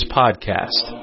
podcast